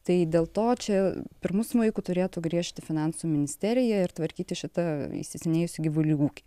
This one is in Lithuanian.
tai dėl to čia pirmu smuiku turėtų griežti finansų ministerija ir tvarkyti šitą įsisenėjusį gyvulių ūkį